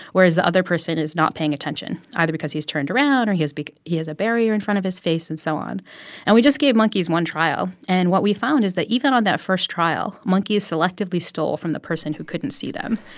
whereas the other person is not paying attention, either because he's turned around or he has a barrier in front of his face and so on and we just gave monkeys one trial. and what we found is that, even on that first trial, monkeys selectively stole from the person who couldn't see them.